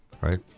right